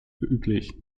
üblich